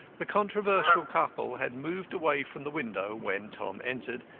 the controversial couple had moved away from the window when tom entered,